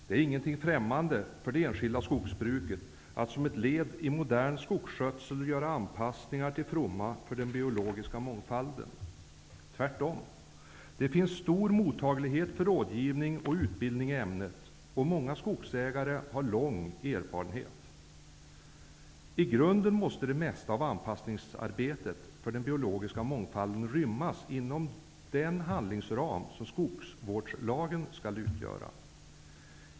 Det är inte främmande för det enskilda skogsbruket att som ett led i modern skogsskötsel göra anpassningar till fromma för den biologiska mångfalden. Tvärtom finns det stor mottaglighet för rådgivning och utbildning i ämnet, och många skogsägare har lång erfarenhet. I grunden måste det mesta av anpassningsarbetet för den biologiska mångfalden rymmas inom den handlingsram som skogsvårdslagen skall utgöra.